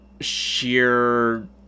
sheer